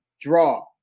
draw